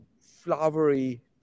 flowery